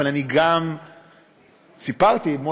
אבל אני גם סיפרתי אתמול,